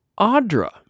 Audra